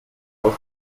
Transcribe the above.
aus